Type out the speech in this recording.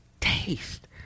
taste